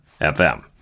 FM